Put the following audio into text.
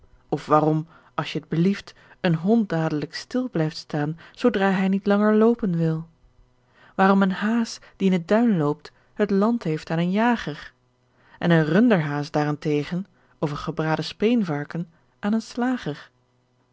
of waarom als t je blieft een hond dadelijk stil blijft staan zoo dra hij niet langer loopen wil waarom een haas die in t duin loopt het land heeft aan een jager en een runderhaas daar-en-tegen of een gebraden speenvarken aan een slager